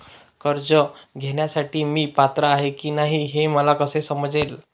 कर्ज घेण्यासाठी मी पात्र आहे की नाही हे मला कसे समजेल?